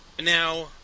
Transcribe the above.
Now